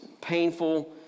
painful